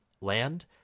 land